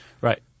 Right